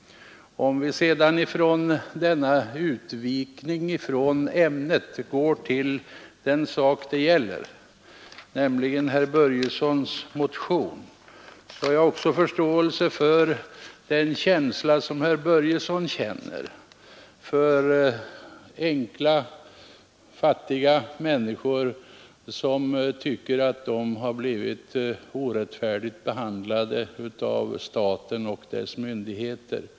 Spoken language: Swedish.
Om vi sedan från denna utvikning från ämnet går till den sak det gäller, nämligen motionen av herr Börjesson i Falköping, har jag också förståelse för herr Börjessons känsla för enkla, fattiga människor som tycker att de blivit orättfärdigt behandlade av staten och dess myndigheter.